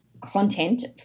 content